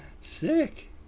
Sick